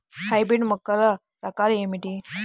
Hybrid మొక్కల రకాలు ఏమిటీ?